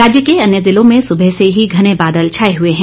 राज्य के अन्य जिलों में सुबह से ही घने बादल छाए हुए हैं